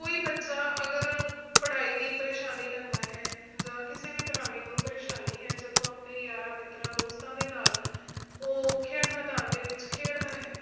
ਕੋਈ ਬੱਚਾ ਅਗਰ ਪੜ੍ਹਾਈ ਦੀ ਪਰੇਸ਼ਾਨੀ ਲੈਂਦਾ ਹੈ ਜਾਂ ਕਿਸੇ ਵੀ ਤਰ੍ਹਾਂ ਦੀ ਉਹਨੂੰ ਪਰੇਸ਼ਾਨੀ ਹੈ ਜਦੋਂ ਆਪਣੇ ਯਾਰਾਂ ਮਿੱਤਰਾਂ ਦੋਸਤਾਂ ਦੇ ਨਾਲ ਉਹ ਖੇਡ ਮੈਦਾਨ ਦੇ ਵਿੱਚ ਖੇਡਦਾ ਹੈ